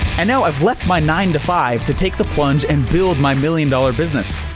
and now i've left my nine to five to take the plunge and build my million dollar business.